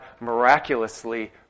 miraculously